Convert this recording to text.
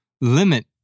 Limit